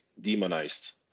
demonized